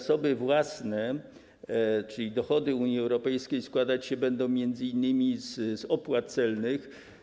Te zasoby własne, czyli dochody Unii Europejskiej, składać się będą m.in. z opłat celnych.